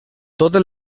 totes